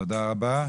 תודה רבה.